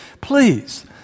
please